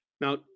now